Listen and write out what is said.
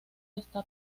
está